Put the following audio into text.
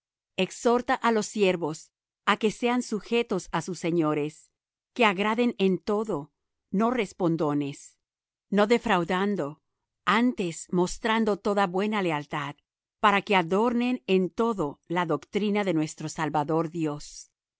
exhorta á los siervos á que sean sujetos á sus señores que agraden en todo no respondones no defraudando antes mostrando toda buena lealtad para que adornen en todo la doctrina de nuestro salvador dios